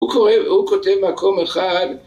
הוא כותב מקום אחד